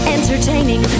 Entertaining